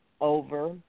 over